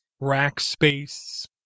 Rackspace